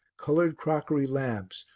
coloured crockery lamps,